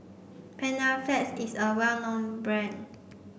Panaflex is a well known brand